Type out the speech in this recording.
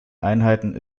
einheiten